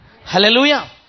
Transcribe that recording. Hallelujah